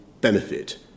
benefit